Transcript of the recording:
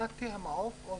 מת"י זה מעוף?